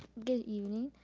good evening.